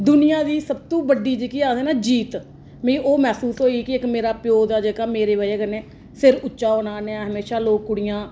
दुनिया दी सबतूं बड्डी जेह्की आखदे ना जीत मिगी ओह् महसूस होई कि इक मेरा प्यौ दा जेह्का मेरी बजह कन्नै सिर उच्चा होना नेहा हमेशां लोक कुड़ियां